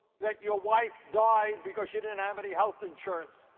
that your wife died because you didn't have any health insurance.